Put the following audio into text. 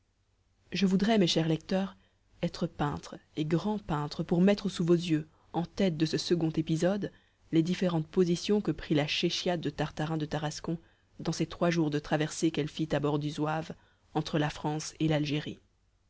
je voudrais mes chers lecteurs être peintre et grand peintre pour mettre sous vos yeux en tête de ce second épisode les différentes positions que prit la chéchia de tartarin de tarascon dans ces trois jours de traversée qu'elle fit à bord du zouave entre la france et l'algérie